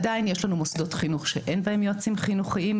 עדיין יש לנו מוסדות חינוך כשאין בהם יועצים חינוכיים,